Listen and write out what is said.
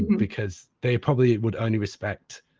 because they probably would only respect